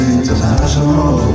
International